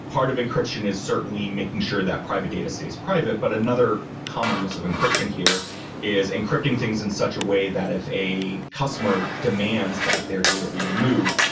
part of encryption is certainly making sure that private data stays private, but another common use of encryption here is encrypting things in such a way that if a customer demands that their data be removed,